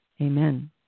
Amen